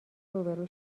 روبرو